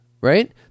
right